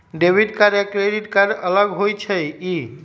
Debit card या credit card अलग होईछ ई?